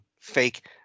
fake